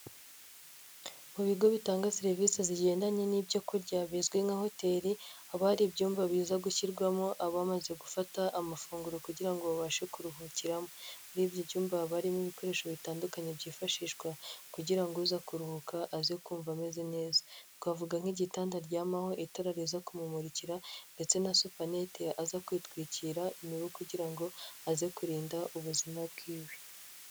Mu bigo bitanga serivisi zigendanye n'ibyo kurya bizwi nka hoteli, haba hari ibyumba biza gushyirwamo abamaze gufata amafunguro kugira ngo babashe kuruhukiramo, muri ibyo byumba haba harimo ibikoresho bitandukanye byifashishwa kugira uza kuruhuka aze kumva ameze neza, twavuga nk'igitandar aryamaho, itara riza kumumurikira ndetse na supanete aza kwitwikira imibu kugira ngo aze kurinda ubuzima bw'iwe.